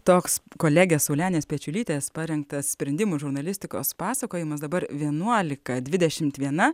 toks kolegės saulenės pečiulytės parengtas sprendimų žurnalistikos pasakojimas dabar vienuolika dvidešimt vienas